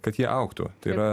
kad jie augtų tai yra